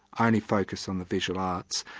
ah only focused on the visual arts,